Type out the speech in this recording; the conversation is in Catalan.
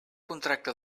contracte